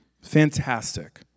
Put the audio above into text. Fantastic